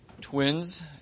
twins